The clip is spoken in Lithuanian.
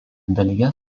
dalyje